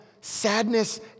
Sadness